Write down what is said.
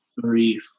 three